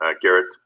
Garrett